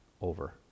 Over